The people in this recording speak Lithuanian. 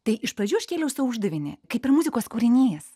tai iš pradžių aš kėliau sau uždavinį kaip ir muzikos kūrinys